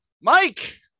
Mike